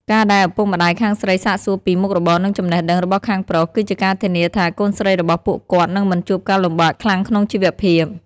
ការដែលឪពុកម្ដាយខាងស្រីសាកសួរពី "មុខរបរ និងចំណេះដឹង" របស់ខាងប្រុស គឺជាការធានាថា កូនស្រីរបស់ពួកគាត់នឹងមិនជួបការលំបាកខ្លាំងក្នុងជីវភាព។